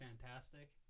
fantastic